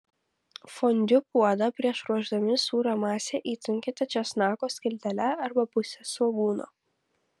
fondiu puodą prieš ruošdami sūrio masę įtrinkite česnako skiltele arba puse svogūno